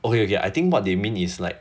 okay okay I think what they mean is like